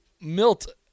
Milt